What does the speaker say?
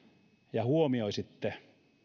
ja huomioisitte